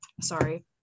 sorry